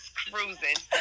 cruising